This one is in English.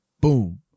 boom